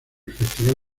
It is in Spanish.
festival